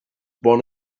born